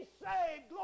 saved